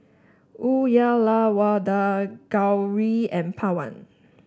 Uyyalawada Gauri and Pawan